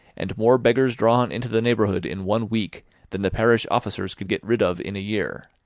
and more beggars drawn into the neighbourhood in one week than the parish officers could get rid of in a year.